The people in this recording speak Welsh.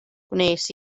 gwnes